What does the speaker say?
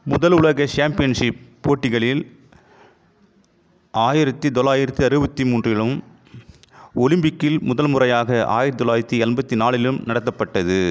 முதல் உலக சாம்பியன்ஷிப் போட்டிகளில் ஆயிரத்தி தொள்ளாயிரத்தி அறுபத்தி மூன்றிலும் ஒலிம்பிக்கில் முதல் முறையாக ஆயிரத்தி தொள்ளாயிரத்தி எண்பத்தி நாலிலும் நடத்தப்பட்டது